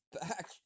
back